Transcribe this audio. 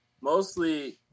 mostly